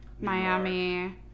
Miami